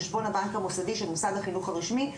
אל חשבון הבנק המוסדי של מוסד החינוך הרשמי,